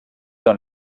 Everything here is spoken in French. dans